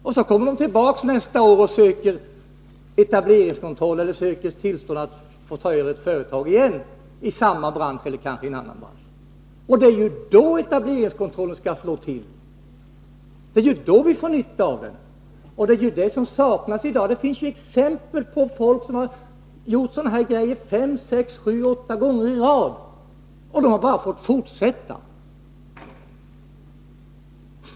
Sedan kommer de tillbaka nästa år och söker tillstånd att igen få ta över ett företag, i samma bransch eller i en annan bransch. Det är då etableringskontrollen skall slå till, det är då som vi får nytta av den. Det är det som saknas i dag. Det finns exempel på människor som har gjort sådana här saker fem, sex, sju eller åtta gånger i rad, men som bara har fått fortsätta.